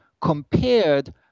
compared